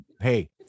Hey